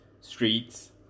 streets